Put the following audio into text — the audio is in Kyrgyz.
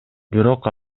бирок